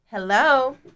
Hello